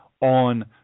on